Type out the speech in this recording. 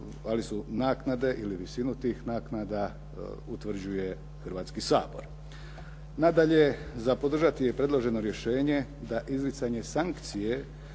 Hrvatski sabor.